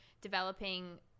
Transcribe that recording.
developing